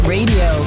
Radio